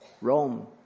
Rome